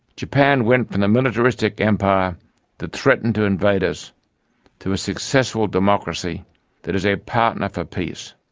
japan went from a militaristic empire that threatened to invade us to a successful democracy that is a partner for peace.